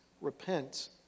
repent